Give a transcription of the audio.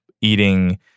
eating